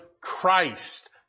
Christ